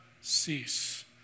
cease